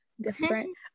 different